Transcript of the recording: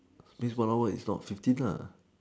means one hour is not fifteen lah